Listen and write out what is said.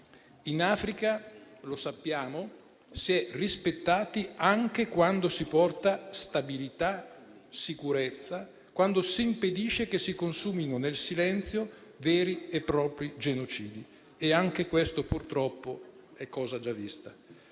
In Africa - lo sappiamo - si è rispettati anche quando si porta stabilità e sicurezza; quando si impedisce che si consumino, nel silenzio, veri e propri genocidi. E anche questo, purtroppo, è cosa già vista.